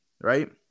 right